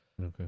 Okay